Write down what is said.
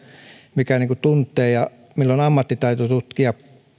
joka tuntee ja jolla on ammattitaito tutkia